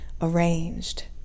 arranged